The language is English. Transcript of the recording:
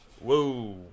Whoa